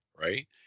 right